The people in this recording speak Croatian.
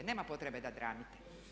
Nema potrebe da dramite.